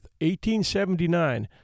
1879